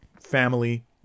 family